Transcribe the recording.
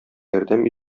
ярдәм